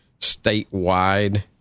statewide